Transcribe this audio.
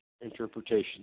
interpretation